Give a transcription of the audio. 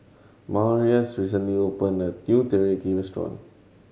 Marius recently opened a new Teriyaki Restaurant